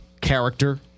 character